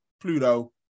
Pluto